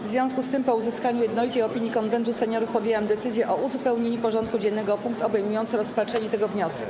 W związku z tym, po uzyskaniu jednolitej opinii Konwentu Seniorów, podjęłam decyzję o uzupełnieniu porządku dziennego o punkt obejmujący rozpatrzenie tego wniosku.